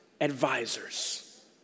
advisors